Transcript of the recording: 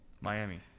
Miami